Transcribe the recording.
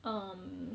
um